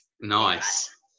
Nice